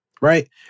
right